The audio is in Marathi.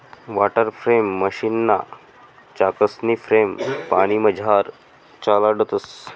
वाटरफ्रेम मशीनना चाकसनी फ्रेम पानीमझार चालाडतंस